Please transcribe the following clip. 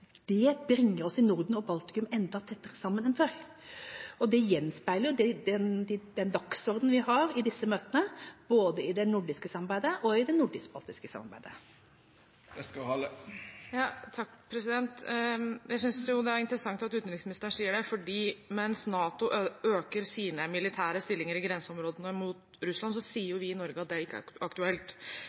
bringer det oss i Norden og Baltikum enda tettere sammen enn før. Og det gjenspeiler jo den dagsordenen vi har i disse møtene, både i det nordiske samarbeidet og i det nordisk-baltiske samarbeidet. Jeg synes det er interessant at utenriksministeren sier det, for mens NATO øker sine militære stillinger i grenseområdene mot Russland, så sier jo vi i Norge at det ikke er aktuelt.